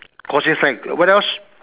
crossing sign what else